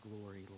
glory